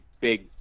big